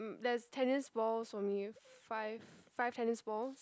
there's tennis balls for me five five tennis balls